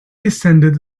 descended